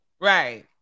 Right